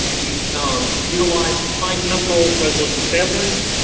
we um utilized some high temporal resolution sampling.